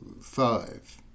five